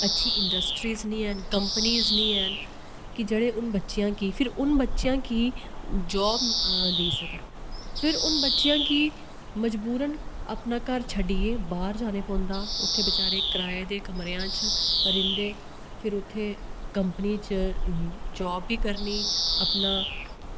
अच्छी इंडस्ट्रीज निं हैन कंपनीज निं हैन कि जेह्ड़े उन बच्चेआं कि फिर उन बच्चेआं कि जाब देई सकन फिर उन बच्चेआं कि मजबूरन अपना घर छड्डियै बाह्र जाने पौंदा उत्थै बेचारे किराये दे कमरेआं च रिह्ंदे फिर उत्थे कंपनी च जाब बी करनी अपना